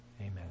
amen